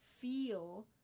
feel